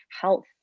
health